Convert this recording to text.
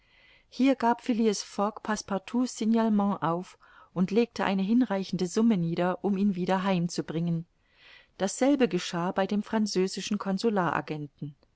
hier gab phileas fogg passepartout's signalement auf und legte eine hinreichende summe nieder um ihn wieder heim zu bringen dasselbe geschah bei dem französischen